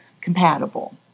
compatible